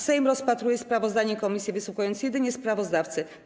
Sejm rozpatruje sprawozdanie komisji, wysłuchując jedynie sprawozdawcy.